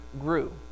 grew